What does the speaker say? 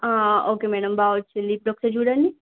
okay madam బాగా వచ్చింది ఇప్పుడు ఒకసారి చూడండి